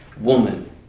woman